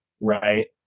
right